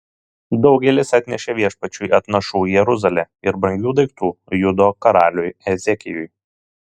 daugelis atnešė viešpačiui atnašų į jeruzalę ir brangių daiktų judo karaliui ezekijui